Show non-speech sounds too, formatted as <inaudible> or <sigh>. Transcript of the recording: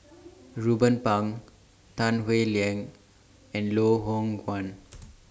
<noise> Ruben Pang Tan Howe Liang and Loh Hoong Kwan